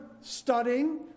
studying